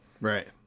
Right